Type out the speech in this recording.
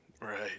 Right